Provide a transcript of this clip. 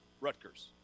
Rutgers